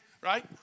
right